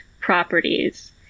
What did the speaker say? properties